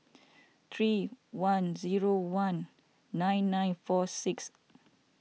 three one zero one nine nine four six